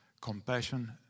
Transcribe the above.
compassion